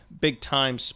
big-time